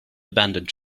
abandoned